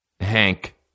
Hank